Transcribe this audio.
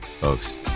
folks